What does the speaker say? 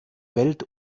welt